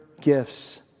gifts